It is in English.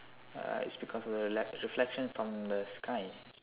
uh it's because of the re~ reflection from the sky